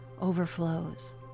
overflows